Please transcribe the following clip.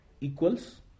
equals